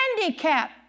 handicap